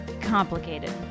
complicated